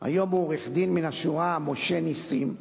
והיום הוא עורך-דין מן השורה, משה נסים,